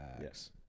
Yes